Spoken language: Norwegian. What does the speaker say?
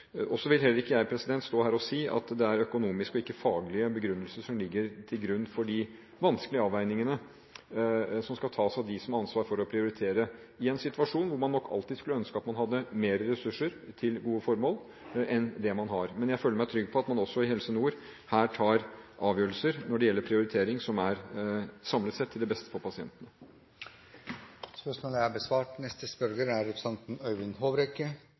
vil heller ikke jeg stå her og si at det er økonomiske og ikke faglige begrunnelser som ligger til grunn for de vanskelige avveiningene som skal tas av dem som har ansvar for å prioritere, i en situasjon hvor man nok alltid skulle ønske at man hadde mer ressurser til gode formål enn det man har. Men jeg føler meg trygg på at man også i Helse Nord her tar avgjørelser når det gjelder prioritering, som samlet sett er til det beste for pasienten. «Helsedepartementet har